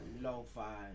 lo-fi